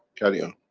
carry on.